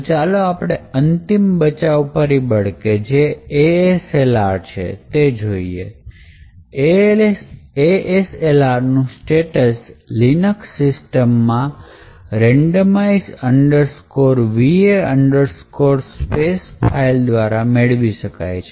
તો ચાલો આપણે અંતિમ બચાવ પરિબળ કેજે ASLR છે તે જોઈએ ASLR નું સ્ટેટસ linux સિસ્ટમમાં randomize va space ફાઇલ દ્વારા મેળવી શકાય છે